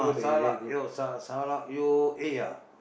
salak yo sa~ sa~ salak yo A ah